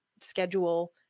schedule